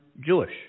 Jewish